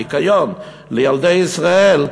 ניקיון לילדי ישראל,